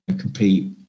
compete